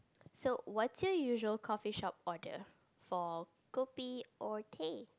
so what's your usual coffeeshop order for kopi or teh